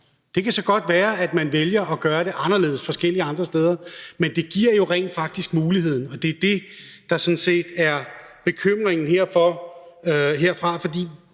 Det kan så godt være, at man vælger at gøre det anderledes forskellige steder, men det giver jo rent faktisk muligheden, og det er det, der sådan set er bekymringen herfra, for